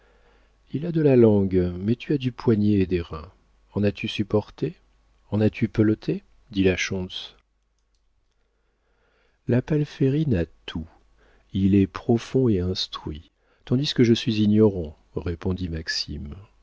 il a de la langue mais tu as du poignet et des reins en as-tu supporté en as-tu peloté dit la schontz la palférine a tout il est profond et instruit tandis que je suis ignorant répondit maxime